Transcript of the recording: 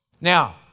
Now